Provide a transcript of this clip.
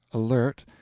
alert,